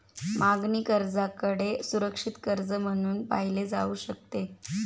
मागणी कर्जाकडे सुरक्षित कर्ज म्हणून पाहिले जाऊ शकते